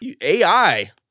AI